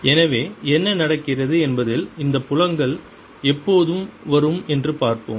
எனவே என்ன நடக்கிறது என்பதில் இந்த புலங்கள் எப்போது வரும் என்று பார்ப்போம்